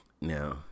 now